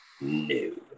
No